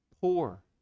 poor